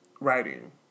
writing